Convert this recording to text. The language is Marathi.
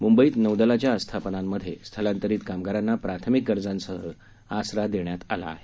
म्ंबईत नौदलाच्या आस्थापनांमधे स्थलांतरित कामगारांना प्राथमिक गरजांसह आसरा देण्यात आला आहे